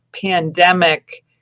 pandemic